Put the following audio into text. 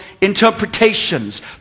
interpretations